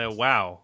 wow